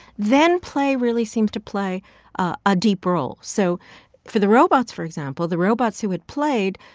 then play really seems to play a deep role so for the robots, for example, the robots who had played,